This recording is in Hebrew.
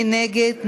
מי נגד?